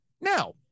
Now